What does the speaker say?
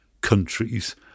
countries